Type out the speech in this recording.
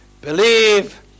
Believe